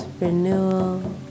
renewal